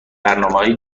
برنامههای